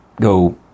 go